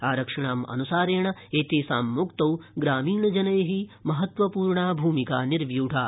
आरक्षिणाम् अन्सारेण एतेषां मुक्तौ ग्रामीणजनैः महत्तवपूर्णा भूमिका निर्व्यूढा